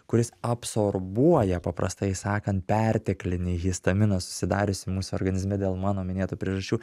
kuris absorbuoja paprastai sakant perteklinį histaminą susidariusį mūsų organizme dėl mano minėtų priežasčių